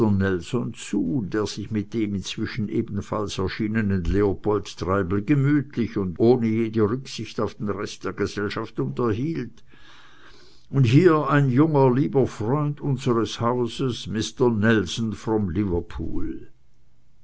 der sich mit dem inzwischen ebenfalls erschienenen leopold treibel gemütlich und ohne jede rücksicht auf den rest der gesellschaft unterhielt und hier ein junger lieber freund unseres hauses mister nelson from liverpool